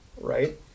right